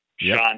Sean